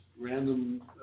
Random